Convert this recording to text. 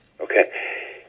okay